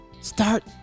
Start